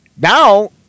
Now